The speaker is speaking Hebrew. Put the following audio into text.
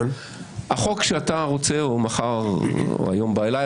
החוק שאתה רוצה יעבור לא עלינו